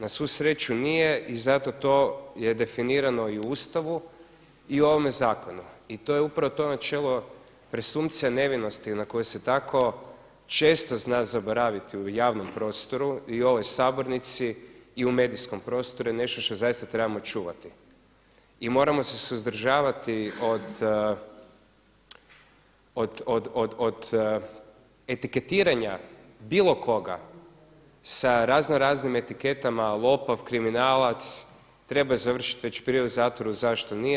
Na svu sreću nije i zato to je definirano i u Ustavu i u ovome zakonu i to je upravo to načelo presumpcija nevinosti na koju se tako često zna zaboraviti u javnom prostoru i u ovoj sabornici i u medijskom prostoru, je nešto što zaista trebamo čuvati i moramo se suzdržavati od etiketiranja bilo koga sa razno-raznim etiketama lopov, kriminalac, trebao je završiti već prije u zatvoru, zašto nije.